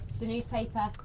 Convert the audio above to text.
the